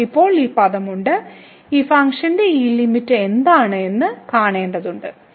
നമുക്ക് ഇപ്പോൾ ഈ പദം ഉണ്ട് ഈ ഫംഗ്ഷന്റെ ഈ ലിമിറ്റ് എന്താണ് എന്ന് കാണേണ്ടതുണ്ട്